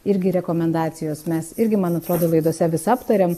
irgi rekomendacijos mes irgi man atrodo laidose vis aptariam